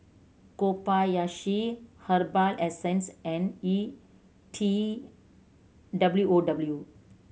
Kobayashi Herbal Essences and E T W O W